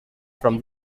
from